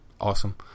Awesome